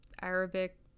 Arabic